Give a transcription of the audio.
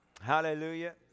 Hallelujah